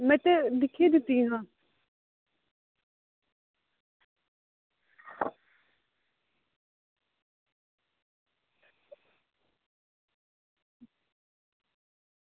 में ते दिक्खी दियां हां